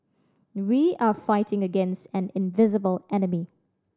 we are fighting against an invisible enemy